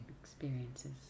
Experiences